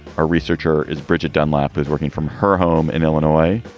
a researcher is bridget dunlap is working from her home in illinois.